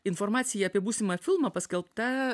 informacija apie būsimą filmą paskelbta